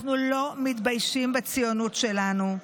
אנחנו לא מתביישים בציונות שלנו.